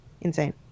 insane